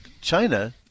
China